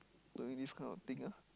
doing this kind of thing ah